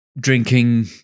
drinking